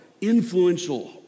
influential